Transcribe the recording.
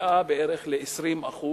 מגיעה בערך ל-20%,